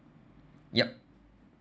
yup